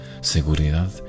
seguridad